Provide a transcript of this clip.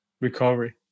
recovery